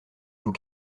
vous